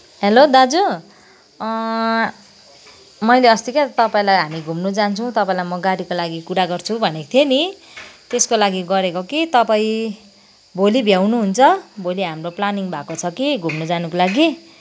हलो दाजु मैले अस्ति के तपाईँलाई हामी घुम्नु जान्छौँ तपाईँलाई म गाडीको लागि कुरा गर्छु भनेको थिएँ नि त्यसको लागि गरेको कि तपाईँ भोलि भ्याउनुहुन्छ भोलि हाम्रो प्लानिङ् भएको छ के घुम्नजानुको लागि